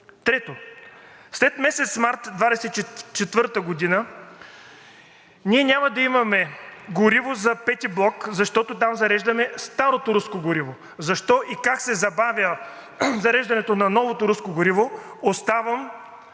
Трето, след месец март 2024 г. ние няма да имаме гориво за V блок, защото там зареждаме старото руско гориво. Защо и как се забавя зареждането на новото руско гориво, оставям